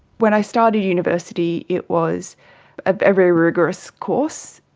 when i started university it was a very rigorous course,